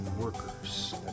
workers